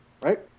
right